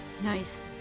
nice